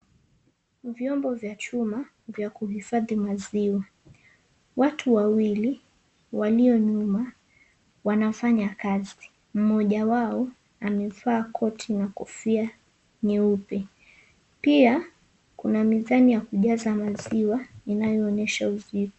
Vyombo vya chuma vya kuhifadhi maziwa, watu wawili walio nyuma wanafanya kazi mmoja wao amevaa koti na kofia nyeupe. Pia kuna m𝑖zani ya kujaza maziwa inayoonyesha uzito.